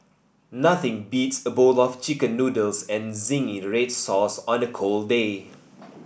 nothing beats a bowl of Chicken Noodles and zingy red sauce on a cold day